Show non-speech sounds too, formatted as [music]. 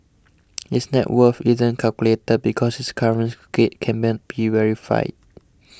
his net worth isn't calculated because his current K [unintelligible] be verified